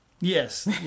Yes